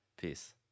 Peace